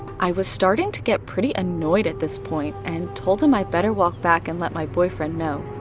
i was starting to get pretty annoyed at this point and told him i better walk back and let my boyfriend know,